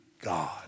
God